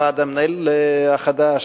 הוועד המנהל החדש,